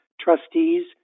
trustees